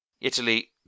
Italy